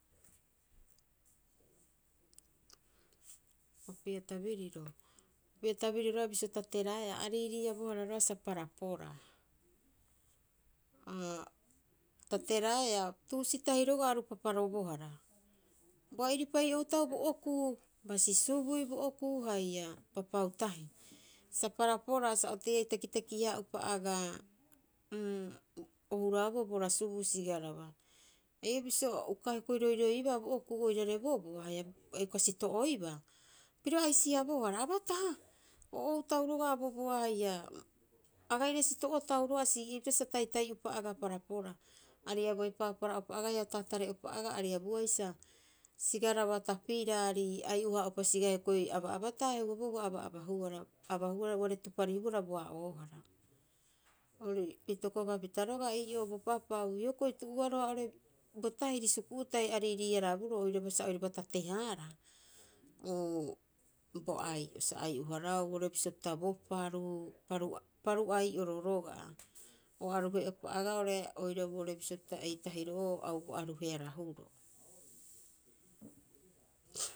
Opii'a tabiriro, opii'a tabiriro bisio tateraeaa, ariiriiabohara roga'a sa paraporaa. Tateraea, tuusitahi roga'a aru paparobohara. Boa'iripai outau bo okuu, basi subui bo okuu haia papau tahii, sa paraporaa sa oteiai takitakihaa'opa agaa o huraaboo bo rasubuu sigaraba. Ee bisio uka hioko'i roiroiiba bo okuu oirare boboa haia uka sito'oibaa, piro aisiabohara.'Abataha, o outau roga'a boboa haia, aga'ire sito'otau roga'a sii'epita sa, taitai'uropa agaa paraporaa, ariabuai paapara'upa agaa haia o taatare'upa aga ariabuai sa sigaraba tapiraarii, ai'o- haa'upa sigaa hioko'i aba'abataa heuaaboo ua aba'abahuara, abahuara uare tuparihuara boa'oohara'. Itokopapita roga'a ii'oo bo papau. Hioko'i tu'uoaroha oo'ore bo tahiri suku'u tahi a riirii- haraaboroo oiraba sa oiraba tatehaaraha, bo ai'o, sa ai'o- haraau oo'ore bisio pita bo paru paru ai'oro roga'a, o aruhe'opa agaa oo'ore oirau oo'ore bisio pita eitahiro'oo au aruhearahuroo.